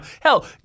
Hell